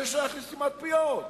מה זה שייך לסתימת פיות?